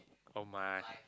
oh my